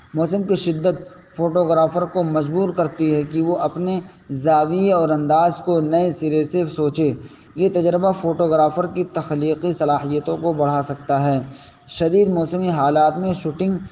موسم کی شدت فوٹوگرافر کو مجبور کرتی ہے کہ وہ اپنے زاویے اور انداز کو نئے سرے سے سوچے یہ تجربہ فوٹوگرافر کی تخلیقی صلاحیتوں کو بڑھا سکتا ہے شدید موسمی حالات میں شوٹنگ